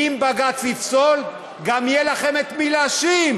אם בג"ץ יפסול, גם יהיה לכם את מי להאשים.